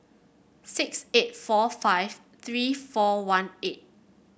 six eight four five three four one eight